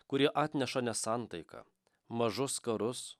kurie atneša nesantaiką mažus karus